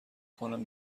کنم